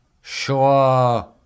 sure